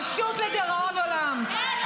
פשוט לדיראון עולם.